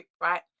right